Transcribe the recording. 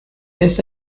his